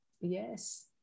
Yes